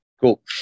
Cool